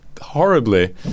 horribly